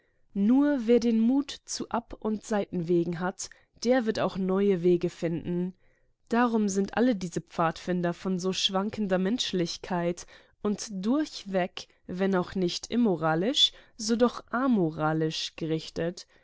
nur wer den mut zu ab und seitenwegen hat der wird auch neue wege finden darum sind alle diese pfadfinder von schwankender menschlichkeit und durchweg wenn auch nicht immoralisch so doch amoralisch gerichtet